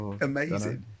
amazing